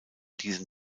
diesen